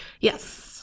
Yes